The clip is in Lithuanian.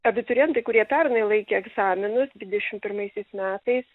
abiturientai kurie pernai laikė egzaminus dvidešim pirmaisiais metais